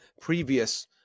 previous